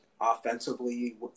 offensively